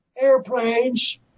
airplanes